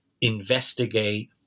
investigate